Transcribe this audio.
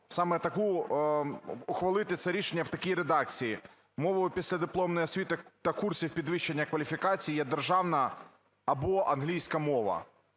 саме таку… Ухвалити це рішення в такій редакції: "Мовою післядипломної освіти та курсів підвищення кваліфікації є державна або англійська мова".